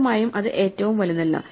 വ്യക്തമായും അത് ഏറ്റവും വലുതല്ല